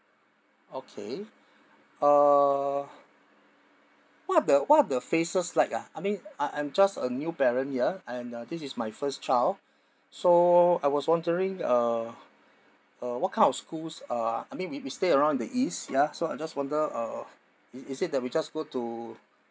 okay uh what are the what are the phases like ah I mean I I'm just a new parent here and uh this is my first child so I was wondering uh uh what kind of schools uh I mean we we stay around the east ya so I just wonder uh i~ is it that we just go to